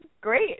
great